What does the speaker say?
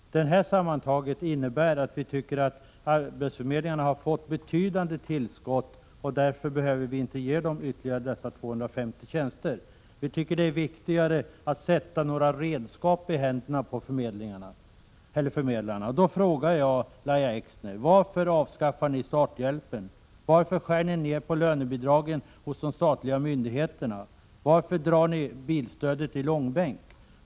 Vi tycker att arbetsförmedlingarna har fått betydande tillskott, varför vi inte behöver ge dem ytterligare 250 tjänster. Det är viktigare att sätta konkreta redskap i händerna på förmedlarna. Jag vill fråga: Varför avskaffar ni starthjälpen? Varför drar ni ner på lönebidragen hos de statliga myndigheterna? Varför drar ni bilstödet i långbänk?